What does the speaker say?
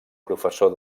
professor